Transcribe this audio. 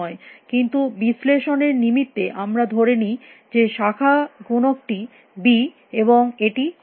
কিন্তু বিশ্লেষণের নিমিত্তে আমরা ধরে নি যে শাখা গুণক টি বি এবং এটি কনস্ট্যান্ট